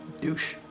Douche